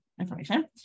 information